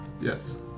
Yes